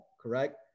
correct